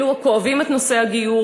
אלו הכואבים את נושא הגיור,